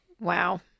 Wow